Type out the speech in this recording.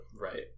Right